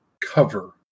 cover